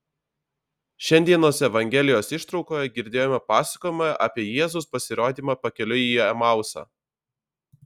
šiandienos evangelijos ištraukoje girdėjome pasakojimą apie jėzaus pasirodymą pakeliui į emausą